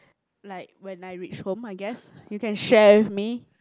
like when I reach home I guess you can share with me